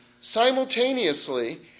simultaneously